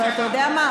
אבל אתה יודע מה?